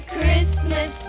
Christmas